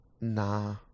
nah